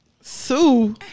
Sue